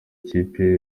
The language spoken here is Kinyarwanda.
kipe